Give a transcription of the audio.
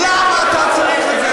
למה אתה צריך את זה?